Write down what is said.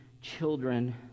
children